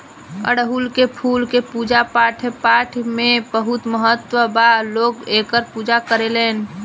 अढ़ऊल के फूल के पूजा पाठपाठ में बहुत महत्व बा लोग एकर पूजा करेलेन